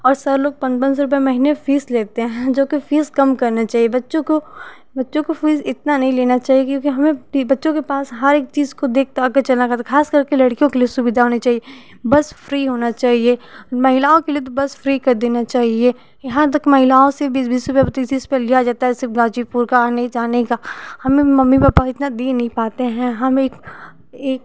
और सर लोग पाँच पाँच सौ महीना फीस लेते हैं जो की फीस कम करनी चाहिए बच्चों को फीस इतना नहीं लेना चाहिए क्योंकि हमें बच्चों के पास हरेक चीज को देख दाख कर चलना चाहिए खास कर के लड़कियों के लिए सुविधा होनी चाहिए बस फ्री होना चाहिए महिलाओं के लिए तो बस फ्री कर देना चाहिये यहाँ तक महिलाओं से बीस बीस रुपये पच्चीस चिस रुपये लिया जाता है सिर्फ गाजीपुर से आने जाने के लिए मेरे मम्मी पापा उतना दे नहीं पाते हैं हमें एक